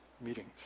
meetings